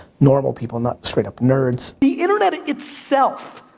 normal people not straight up nerds the internet itself,